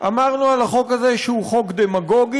אמרנו על החוק הזה שהוא חוק דמגוגי,